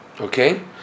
okay